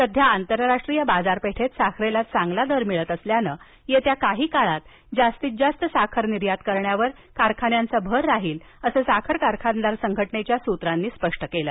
सध्या आंतरराष्ट्रीय बाजारपेठेत साखरेला चांगला दर मिळत असल्यानं येत्या काही काळात जास्तीतजास्त साखर निर्यात करण्यावर राज्यातील कारखान्यांचा भर राहणार असल्याचं साखर कारखानदार संघटनेच्या सूत्रांनी स्पष्ट केलं